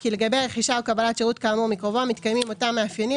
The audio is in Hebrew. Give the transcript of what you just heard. כי לגבי רכישה או קבלת שירות כאמור מקרובו מתקיימים אותם מאפיינים